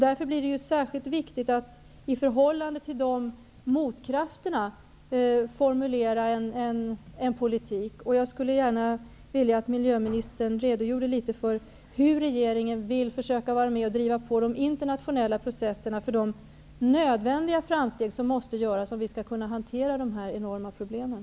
Därför blir det särskilt viktigt att i förhållande till de motkrafterna formulera en politik. Jag skulle gärna vilja att miljöministern redogjorde något för hur regeringen vill försöka vara med och driva på de internationella processerna när det gäller de framsteg som måste göras för att vi skall kunna hantera de här enorma problemen.